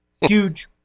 huge